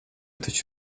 taču